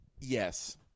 Yes